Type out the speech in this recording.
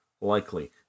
likely